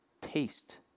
taste